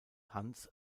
hans